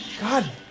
God